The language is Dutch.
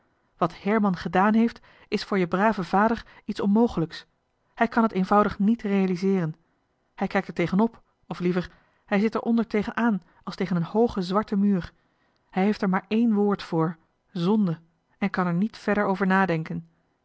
wat herman gedaan heeft is voor je brave vader iets onmogelijks hij kan het eenvoudig niet realiseeren hij kijkt er tegen op of liever hij zit er onder tegen aan als tegen een hooge zwarte muur hij heeft er maar één woord voor zonde en kan er niet verder over nadenken